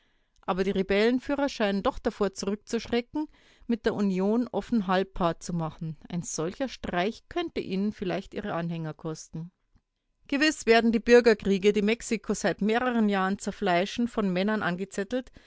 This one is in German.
aber die rebellenführer scheinen doch davor zurückzuschrecken mit der union offen halbpart zu machen ein solcher streich könnte ihnen vielleicht ihre anhänger kosten gewiß werden die bürgerkriege die mexiko seit mehreren jahren zerfleischen von männern angezettelt